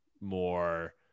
more